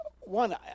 One